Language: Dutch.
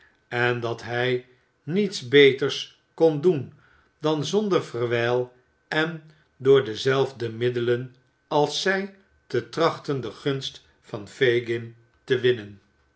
en dat hij niets beters kon doen dan zonder verwijl en door dezelfde middelen als zij te i trachten de gunst van fagin te winnen